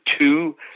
two